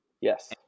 Yes